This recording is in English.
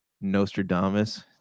Nostradamus